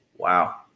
Wow